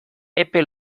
epe